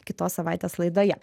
kitos savaitės laidoje